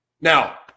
Now